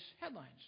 headlines